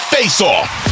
Faceoff